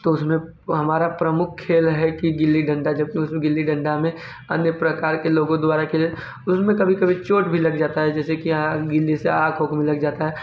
तो उसमें हमारा प्रमुख खेल है कि गिल्ली डंडा जबकि उसमें गिल्ली डंडा में अन्य प्रकार के लोगों द्वारा के लिए उसमें कभी कभी चोट भी लग जाता है जैसे कि यहाँ गिरने से आँख में लग जाता है